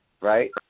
right